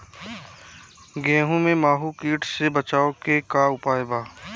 गेहूँ में माहुं किट से बचाव के का उपाय बा?